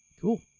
Cool